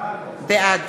בעד